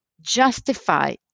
justify